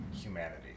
humanity